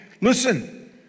listen